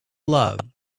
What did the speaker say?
love